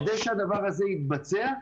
כדי שהדבר הזה יתבצע,